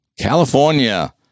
California